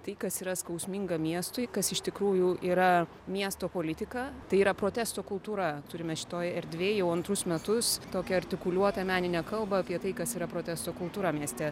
tai kas yra skausminga miestui kas iš tikrųjų yra miesto politika tai yra protesto kultūra turime šitoj erdvėj jau antrus metus tokią artikuliuotą meninę kalbą apie tai kas yra protesto kultūra mieste